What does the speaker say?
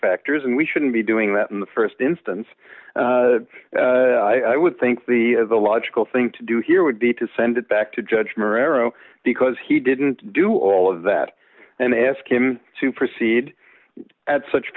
factors and we shouldn't be doing that in the st instance i would think the the logical thing to do here would be to send it back to judge mero because he didn't do all of that and ask him to proceed at such